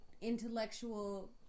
intellectual